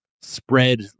spread